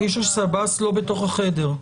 איש שב"ס לא בחדר.